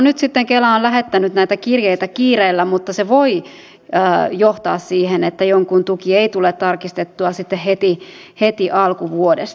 nyt sitten kela on lähettänyt näitä kirjeitä kiireellä mutta se voi johtaa siihen että jonkun tuki ei tule tarkistettua sitten heti alkuvuodesta